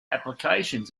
applications